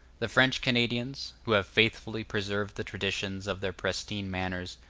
the french canadians, who have faithfully preserved the traditions of their pristine manners,